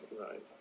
Right